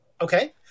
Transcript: Okay